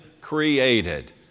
created